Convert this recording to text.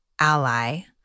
ally